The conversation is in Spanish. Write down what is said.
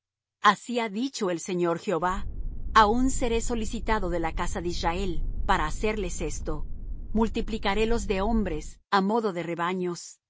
así ha dicho el señor jehová aun seré solicitado de la casa de israel para hacerles esto multiplicarélos de hombres á modo de rebaños